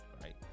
right